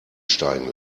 steigen